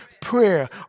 prayer